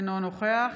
אינו נוכח